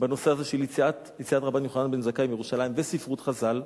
בנושא הזה של יציאת רבן יוחנן בן זכאי מירושלים בספרות חז"ל.